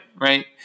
right